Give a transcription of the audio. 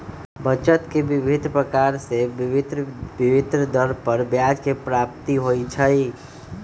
बचत के विभिन्न प्रकार से भिन्न भिन्न दर पर ब्याज के प्राप्ति होइ छइ